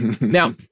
Now